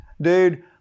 dude